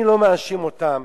אני לא מאשים אותם,